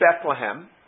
Bethlehem